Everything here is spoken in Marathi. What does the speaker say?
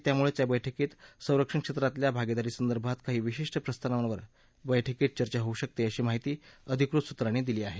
त्यामुळेच या बस्क्रीत संरक्षण क्षेत्रातल्या भागिदारीसंदर्भात काही विशिष्ट प्रस्तावांवर या बस्कीत चर्चा होऊ शकते अशी माहिती अधिकृत सुत्रांनी दिली आहे